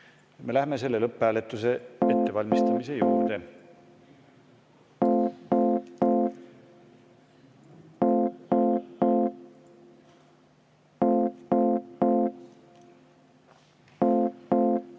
me läheme lõpphääletuse ettevalmistamise juurde.